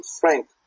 frank